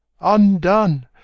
Undone